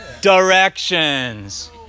directions